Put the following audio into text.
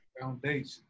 Foundation